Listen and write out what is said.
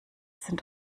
sind